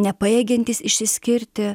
nepajėgiantys išsiskirti